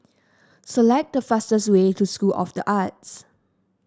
select the fastest way to School of the Arts